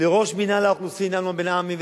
לראש מינהל האוכלוסין אמנון בן-עמי,